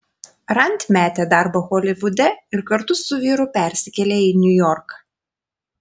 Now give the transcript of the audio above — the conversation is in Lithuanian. rand metė darbą holivude ir kartu su vyru persikėlė į niujorką